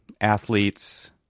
athletes